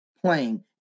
playing